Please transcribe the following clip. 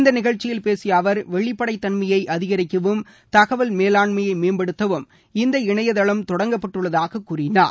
இந்த நிகழ்ச்சியில் பேசிய அவர் வெளிப்படைத் தன்மையை அதிகரிக்கவும் தகவல் மேலாண்மையை மேம்படுத்தவும் இந்த இணையதளம் தொடங்கப்பட்டுள்ளதாக கூறினார்